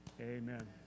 Amen